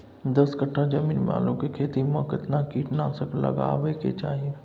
दस कट्ठा जमीन में आलू के खेती म केतना कीट नासक लगबै के चाही?